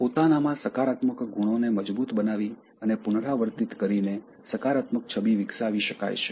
પોતાના માં સકારાત્મક ગુણોને મજબુત બનાવી અને પુનરાવર્તિત કરીને સકારાત્મક છબી વિકસાવી શકાય છે